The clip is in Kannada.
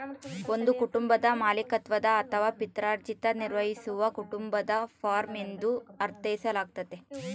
ಒಂದು ಕುಟುಂಬದ ಮಾಲೀಕತ್ವದ ಅಥವಾ ಪಿತ್ರಾರ್ಜಿತ ನಿರ್ವಹಿಸುವ ಕುಟುಂಬದ ಫಾರ್ಮ ಎಂದು ಅರ್ಥೈಸಲಾಗ್ತತೆ